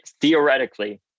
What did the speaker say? theoretically